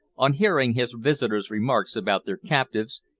on hearing his visitors' remarks about their captives,